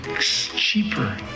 cheaper